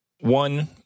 one